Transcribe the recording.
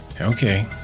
Okay